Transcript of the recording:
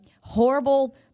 horrible